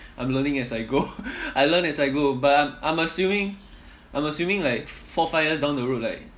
I'm learning as I go I learn as I go but I'm I'm assuming I'm assuming like four five years down the road like